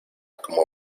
como